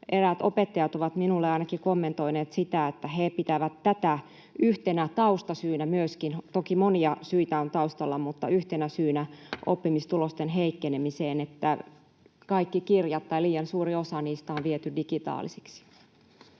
Eräät opettajat ovat minulle ainakin kommentoineet sitä, että he pitävät myöskin tätä yhtenä taustasyynä — toki monia syitä on taustalla — oppimistulosten heikkenemiseen eli sitä, että kaikki kirjat tai liian suuri osa niistä on viety digitaalisiksi.